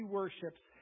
worships